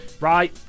Right